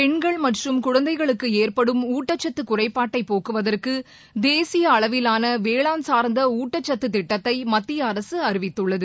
பெண்கள் மற்றும் குழந்தைகளுக்கு ஏற்படும் ஊட்டக்சத்து குறைபாட்டை போக்குவதற்கு தேசிய அளவிலான வேளாண் சார்ந்த ஊட்டச்சத்து திட்டத்தை மத்திய அரசு அறிவித்துள்ளது